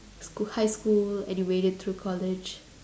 school high school and you made it through college